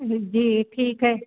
जी जी ठीक है